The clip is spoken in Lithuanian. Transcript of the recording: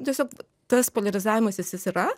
tiesiog tas poliarizavimasis jis yra